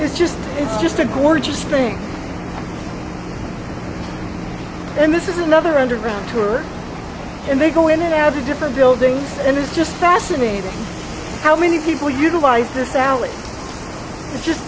is just it's just a gorgeous thing and this is another underground tour and they go in and out to different buildings and it's just fascinating how many people utilize this alley is just